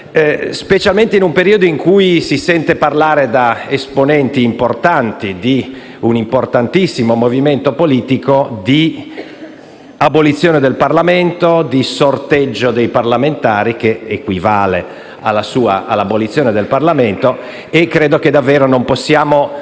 specialmente in un periodo in cui si sente parlare, da esponenti autorevoli di un importantissimo movimento politico, di abolizione del Parlamento e di sorteggio dei parlamentari, che equivale all'abolizione del Parlamento. Dunque, non possiamo